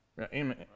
Amen